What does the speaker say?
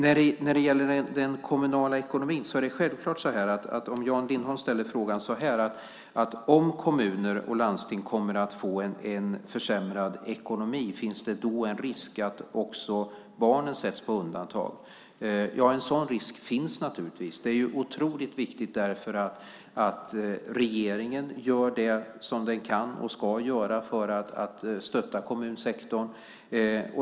Jan Lindholm ställer en fråga om den kommunala ekonomin: Om kommuner och landsting kommer att få en försämrad ekonomi - finns det då en risk att också barnen sätts på undantag? En sådan risk finns naturligtvis. Därför är det otroligt viktigt att regeringen gör det som den kan och ska göra för att stötta kommunsektorn.